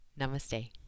Namaste